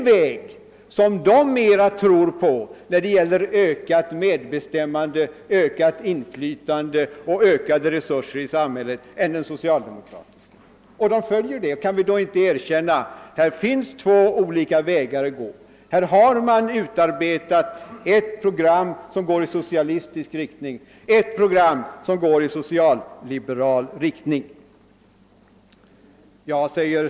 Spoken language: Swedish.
De tror mer på vår väg till ökat medbestämmande, ökat inflytande och ökade resurser i samhället än på den socialdemokratiska vägen. Kan vi då inte er känna att det finns två olika vägar? Det har utarbetats ett program som går i socialistisk riktning och ett program som går i socialliberal riktning.